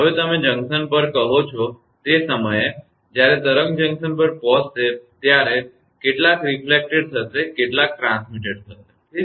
હવે તમે જંકશન પર કહો છો તે સમયે જ્યારે તરંગ જંકશન પર પહોંચશે ત્યારે કેટલાક પ્રતિબિંબિત થશે કેટલાક પ્રસારિત થશે બરાબર